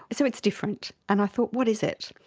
so it's different. and i thought, what is it?